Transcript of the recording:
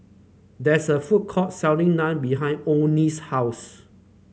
that's a food court selling Naan behind Onie's house